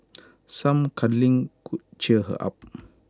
some cuddling could cheer her up